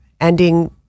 ending